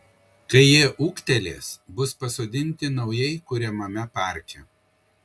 kai jie ūgtelės bus pasodinti naujai kuriamame parke